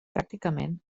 pràcticament